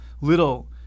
little